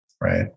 Right